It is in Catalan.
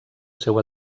seu